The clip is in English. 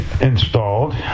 installed